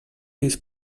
his